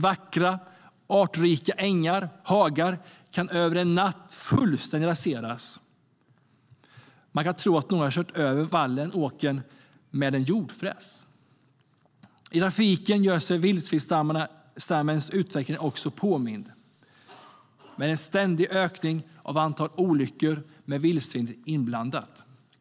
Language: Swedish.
Vackra och artrika ängar och hagar kan över en natt fullständigt raseras. Man kan tro att någon har kört över vallen eller åkern med en jordfräs.I trafiken gör sig vildsvinsstammens utveckling också påmind. Det är en ständig ökning av antalet olyckor där vildsvin är inblandade.